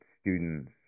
students